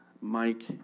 Mike